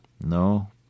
No